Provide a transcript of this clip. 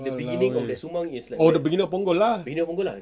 !walao! eh oh the beginning of punggol lah